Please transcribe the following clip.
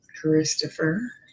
Christopher